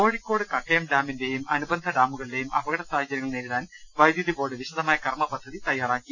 കോഴിക്കോട് കക്കയം ഡാമിന്റെയും അനുബന്ധ ഡാമുകളു ടെയും അപകട സാഹചര്യങ്ങൾ നേരിടാൻ വൈദ്യുതി ബോർഡ് വിശദ മായ കർമ്മ പദ്ധതി തയാറാക്കി